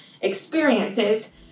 experiences